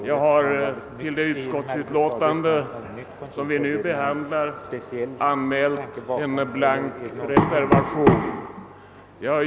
Herr talman! Jag har vid det utlåtande som vi nu behandlar fogat en blank reservation.